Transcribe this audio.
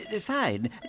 Fine